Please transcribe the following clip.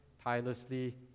tirelessly